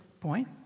point